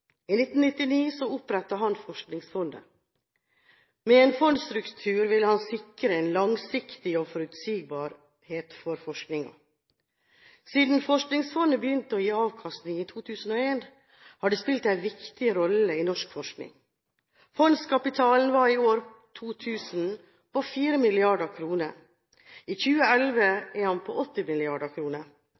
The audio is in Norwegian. I 1999 opprettet han Forskningsfondet. Med en fondsstruktur ville han sikre en langsiktighet og forutsigbarhet for forskningen. Siden Forskningsfondet begynte å gi avkastning i 2001, har det spilt en viktig rolle i norsk forskning. Fondskapitalen var i året 2000 på 4 mrd. kr. I 2011 er den på 80